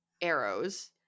arrows